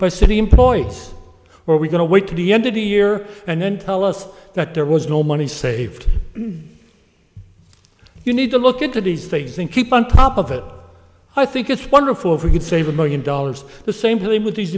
a city employee or are we going to wait to the end of the year and then tell us that there was no money saved you need to look into these things and keep on top of it i think it's wonderful if we could save a million dollars the same thing with these